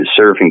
surfing